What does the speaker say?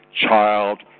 Child